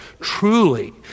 truly